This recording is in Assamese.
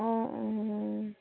অঁ